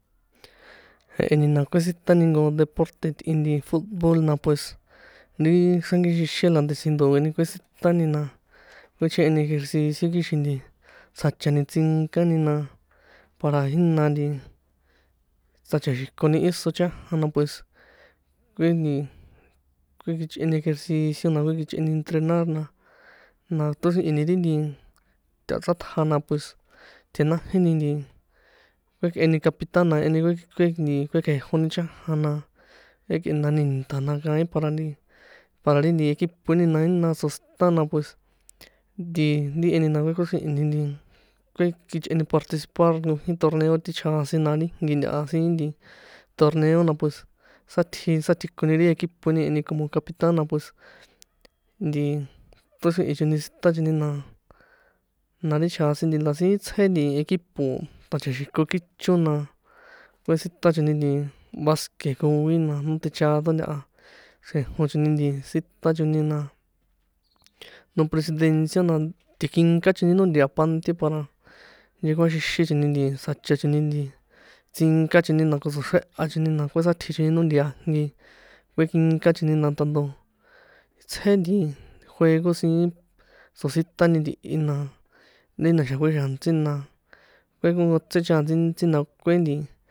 Jeheni na kuesiṭani nko deporte itꞌin nit fut- bol na pues, ri xrankixinxin na ndesi ndꞌoeni kuesiṭani na, kꞌuechjeheni ejercicio kixin nti tsjachani tsínkani na, para jína nti tsachaxikoni íso chanja na pues, kuen nti kuekjichꞌeni ejercicio na kuekjichꞌeni entrenar na, na ṭoxrihini ri nti ta̱chrꞌaṭja na pues, tjenájíni ni nti kuekꞌeni capitán na jeheni kue kue nti kuekjejoni chanja na, kuekꞌenani nṭa̱ na, kaín para nti, para ri nti equipoeni jína tsotsiṭa na pues, nti ri e ni na kuekoxríhi̱ni kuekjichꞌeni participar nkojín torneo ti chjasin, na ri jnki nta siín nti toerneo na pues sátji sátjikoni ri equipoeni, e ni como capitán na pues, nti toxri̱hin choni sita choni na, na ri chasin nti na síín tsjé nti equipo ṭa̱chaxiko kícho, na kuesiṭa choni nti basque koi na, no techado ntaha xrejo choni sita choni na, no presidencia na ti̱kínka choni no nti̱a panteon para nhekuaxixin choni, nti tsjacha choni nti tsínka choni na ko tso̱xreha choni na kuesátji choni nó nti̱a jnki kuekinka choni na tanto tsjé ri juego siín tsotsíṭani ntihi na, ri na̱xa̱ kuexa̱ntsíni na kuekonkotse chaan tsíntsí na, kue nti.